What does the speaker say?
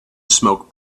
smoke